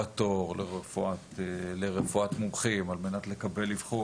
תור לרפואת מומחים על-מנת לקבל אבחון.